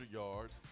yards